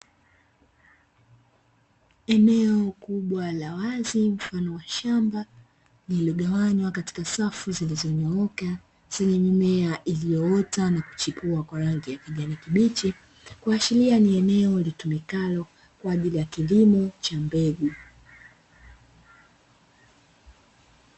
eneo kubwa la wazi mfano wa shamba lililogawanywa katika safu zilizonyooka zenye mimea iliyoota na kuchipua kwa rangi ya kijani kibichi, kuashiria ni eneo litumikalo kwa ajili ya kilimo cha mbegu.